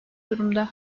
durumda